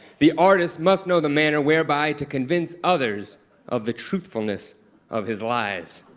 the artist must know the manner whereby to convince others of the truthfulness of his lies.